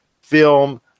film